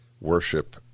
worship